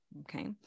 Okay